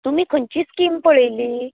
तुमीे खंयची स्किम पळयल्लीं